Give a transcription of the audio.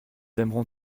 aimeront